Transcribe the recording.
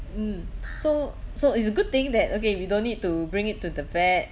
mm so so it's a good thing that okay we don't need to bring it to the vet